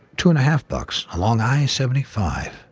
two and a half bucks, along i seventy five.